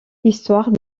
histoire